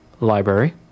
Library